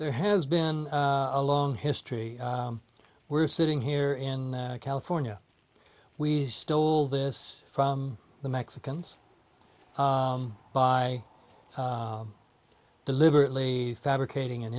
there has been a long history we're sitting here in california we stole this from the mexicans by deliberately fabricating an